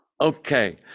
Okay